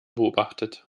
beobachtet